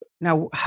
Now